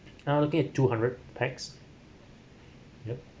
I'll get two hundred pax yup